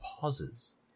pauses